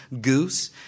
goose